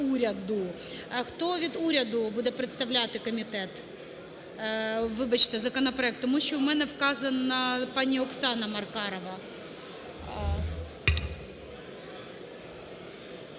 Хто від уряду буде переставляти комітет, вибачте, законопроект? Тому що у мене вказана пані Оксана Маркарова.